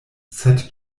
sed